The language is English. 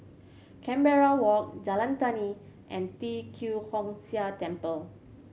Canberra Walk Jalan Tani and Tee Kwee Hood Sia Temple